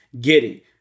Giddy